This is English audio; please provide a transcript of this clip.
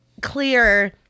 clear